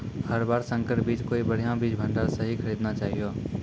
हर बार संकर बीज कोई बढ़िया बीज भंडार स हीं खरीदना चाहियो